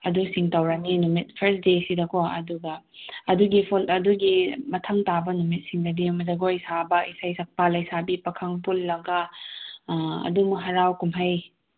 ꯑꯗꯨꯁꯤꯡ ꯇꯧꯔꯅꯤ ꯅꯨꯃꯤꯠ ꯊ꯭ꯔꯁꯗꯦꯁꯤꯗꯀꯣ ꯑꯗꯨꯒꯤ ꯐꯣꯜ ꯑꯗꯨꯒꯤ ꯃꯊꯪ ꯇꯥꯕ ꯅꯨꯃꯤꯠꯁꯤꯡꯗꯗꯤ ꯖꯒꯣꯏ ꯁꯥꯕ ꯏꯁꯩ ꯁꯛꯄ ꯂꯩꯁꯥꯕꯤ ꯄꯥꯈꯪ ꯄꯨꯜꯂꯒ ꯑꯗꯨꯝ ꯍꯔꯥꯎ ꯀꯨꯝꯍꯩ